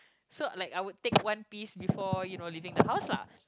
so like I would take one piece before you know leaving the house lah